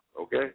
okay